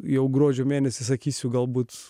jau gruodžio mėnesį sakysiu galbūt